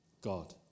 God